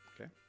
Okay